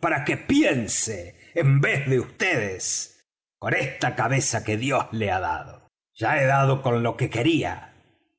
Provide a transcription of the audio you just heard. para que piense en vez de vds con esta cabeza que dios le ha dado ya he dado con lo que quería